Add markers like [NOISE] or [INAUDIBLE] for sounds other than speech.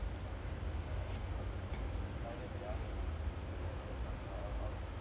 I think since like the [NOISE] முன்னாடி அந்த யாரு இருந்த அந்த:munnaadi antha yaaru iruntha antha all of them ஆளுங்க இருந்தாங்க:aalunga irunthaanga